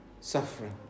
suffering